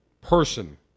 person